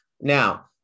Now